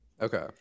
Okay